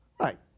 Right